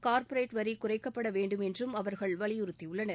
corporate வரி குறைக்கப்படவேண்டும் என்றும் அவர்கள் வலியுறுத்தி உள்ளனர்